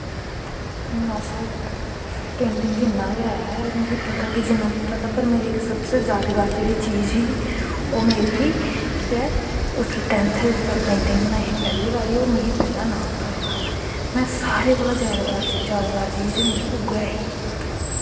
हून अस पेंटिंग च इन्नां गै ऐ मिगी पता ते पेंटिंग पर जेह्ड़ी मेरे इक सबसे यादगार जेह्ड़ी चीज़ ही ओह् मेरी ही कि में उसलै टैंथ च पेंटिंग बनाई ही पैह्ली बारी और मिगी इनाम थ्होआ हा में सारे कोला दा यादगार चीज़ मेरी उ'ऐ ही